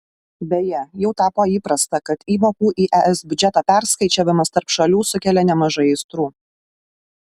beje jau tapo įprasta kad įmokų į es biudžetą perskaičiavimas tarp šalių sukelia nemažai aistrų